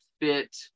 fit